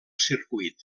circuit